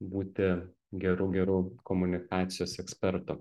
būti geru geru komunikacijos ekspertu